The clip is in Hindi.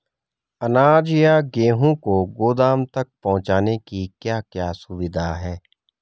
अनाज या गेहूँ को गोदाम तक पहुंचाने की क्या क्या सुविधा है?